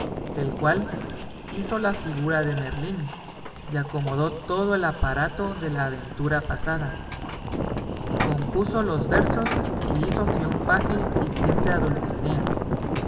el cual hizo la figura de merlín y acomodó todo el aparato de la aventura pasada compuso los versos y hizo que un paje hiciese a